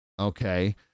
Okay